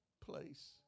place